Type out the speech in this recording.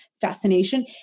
fascination